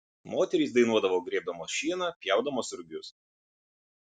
moterys dainuodavo grėbdamos šieną pjaudamos rugius